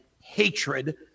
hatred